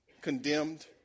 Condemned